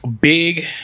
big